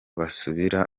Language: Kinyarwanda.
basubira